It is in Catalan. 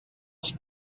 els